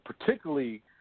particularly –